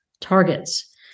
targets